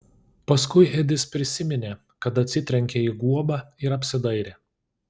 paskui edis prisiminė kad atsitrenkė į guobą ir apsidairė